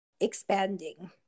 expanding